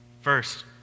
First